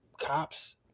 cops